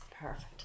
perfect